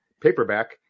paperback